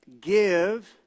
give